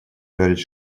жарить